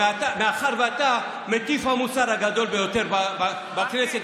מאחר שאתה מטיף המוסר הגדול ביותר בכנסת,